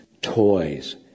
toys